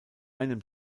einem